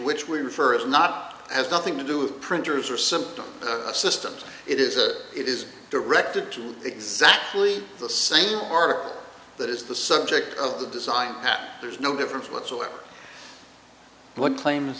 which we refer is not has nothing to do with printers or symptom systems it is a it is directed to exactly the same article that is the subject of the design that there is no difference whatsoever what claims